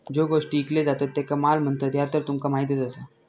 ज्यो गोष्टी ईकले जातत त्येंका माल म्हणतत, ह्या तर तुका माहीतच आसा